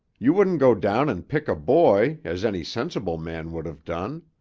you wouldn't go down and pick a boy, as any sensible man would have done.